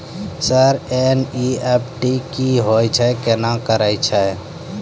Sir NEFT की होय छै, केना करे छै?